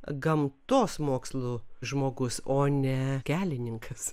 gamtos mokslų žmogus o ne kelininkas